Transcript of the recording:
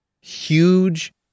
huge